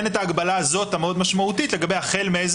אין ההגבלה הזו המאוד משמעותית לגבי החל מאיזה